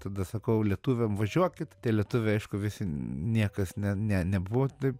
tada sakau lietuviam važiuokit tie lietuviai aišku visi niekas ne ne nebuvo taip